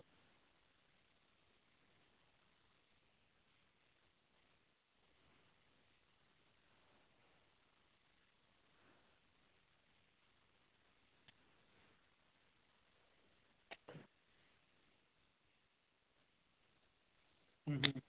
अं